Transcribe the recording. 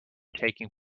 taking